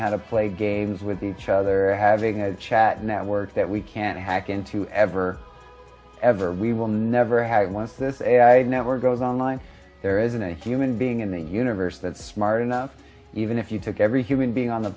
how to play games with each other or having a chat network that we can't hack into ever ever we will never have it once this never goes online there isn't a human being in the universe that smart enough even if you took every human being on the